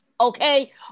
okay